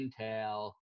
Intel